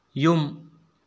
ꯌꯨꯝ